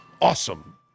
awesome